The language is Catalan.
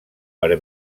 per